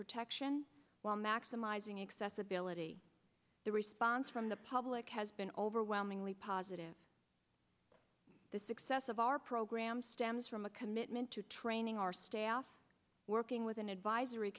protection while maximizing accessibility the response from the public has been overwhelmingly positive the success of our program stems from a commitment to training our staff working with an advisory